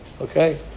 Okay